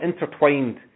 intertwined